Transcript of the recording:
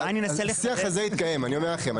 השיח הזה התקיים, אני אומר לכם.